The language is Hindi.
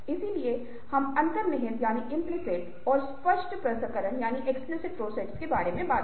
इसलिए हमने अंतर्निहित और स्पष्ट प्रसंस्करण के बारे में बात की